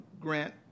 grant